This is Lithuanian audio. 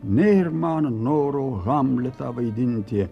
nėr man noro hamletą vaidinti